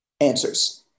answers